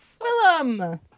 Willem